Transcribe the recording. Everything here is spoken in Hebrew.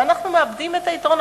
ואנחנו מאבדים את היתרון.